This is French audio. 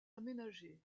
aménagés